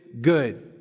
good